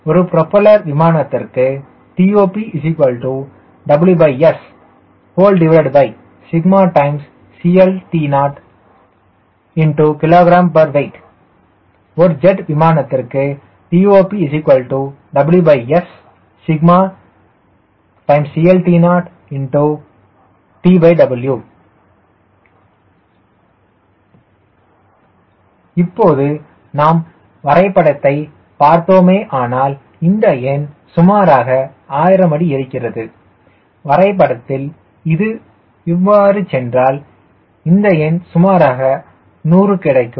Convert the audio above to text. ஒரு புரோப்பல்லர் விமானத்திற்கு TOPWSCLT0hpW ஒரு ஜெட் விமானத்திற்கு TOPWSCLT0TW இப்போது நாம் வரைபடத்தை பார்த்தோமேயானால் இந்த எண் சுமாராக 1000 அடி இருக்கிறது வரைபடத்தில் இது இவ்வாறு சென்றால் இந்த எண் சுமாராக 100 கிடைக்கும்